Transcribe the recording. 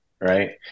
right